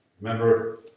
Remember